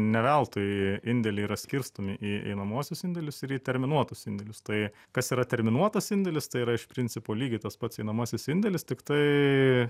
ne veltui indėliai yra skirstomi į einamuosius indėlius ir į terminuotus indėlius tai kas yra terminuotas indėlis tai yra iš principo lygiai tas pats einamasis indėlis tiktai